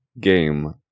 game